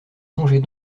songez